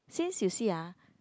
since you see ah